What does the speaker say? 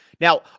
now